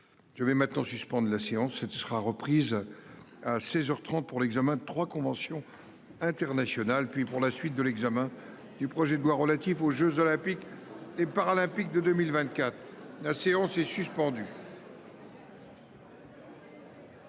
Je vais maintenant suspende la séance sera reprise. À 16h 30 pour l'examen de 3 conventions internationales puis pour la suite de l'examen du projet de loi relatif aux Jeux olympiques et paralympiques de 2024. La séance est suspendue.